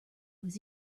was